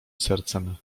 sercem